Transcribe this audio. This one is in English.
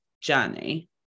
journey